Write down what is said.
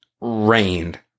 rained